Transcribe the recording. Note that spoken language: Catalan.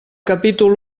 capítol